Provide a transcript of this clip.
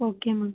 okay ma'am